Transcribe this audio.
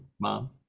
Mom